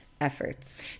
efforts